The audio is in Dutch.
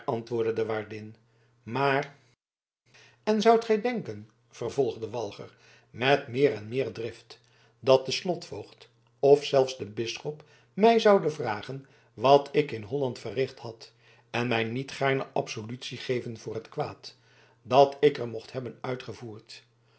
antwoordde de waardin maar en zoudt gij denken vervolgde walger met meer en meer drift dat de slotvoogd of zelfs de bisschop mij zoude vragen wat ik in holland verricht had en mij niet gaarne absolutie geven voor het kwaad dat ik er mocht hebben uitgevoerd